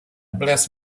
bless